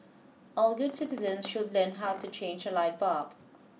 all good citizens should learn how to change a light bulb